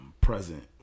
present